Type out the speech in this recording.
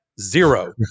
Zero